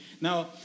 Now